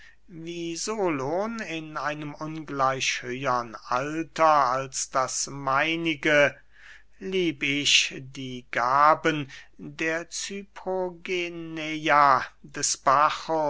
wie solon in einem ungleich höhern alter als das meinige lieb ich die gaben der cyprogeneia des bacchus